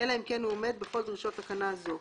אלא אם כן הוא עומד בכל דרישות תקנה זו: